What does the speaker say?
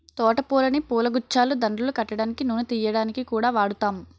తోట పూలని పూలగుచ్చాలు, దండలు కట్టడానికి, నూనె తియ్యడానికి కూడా వాడుతాం